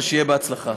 ושיהיה בהצלחה.